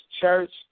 church